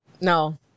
No